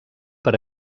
per